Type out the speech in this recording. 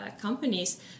companies